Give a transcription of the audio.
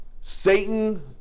Satan